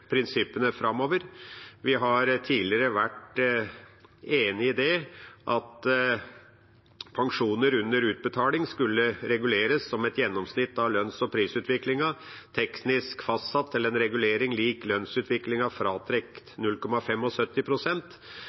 prinsippene framover. Vi har tidligere vært enig i at pensjoner under utbetaling skulle reguleres som et gjennomsnitt av lønns- og prisutviklingen, teknisk fastsatt til en regulering lik